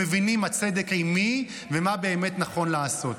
הם מבינים עם מי הצדק ומה באמת נכון לעשות.